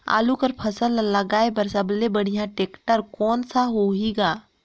आलू कर फसल ल लगाय बर सबले बढ़िया टेक्टर कोन सा होही ग?